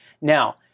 Now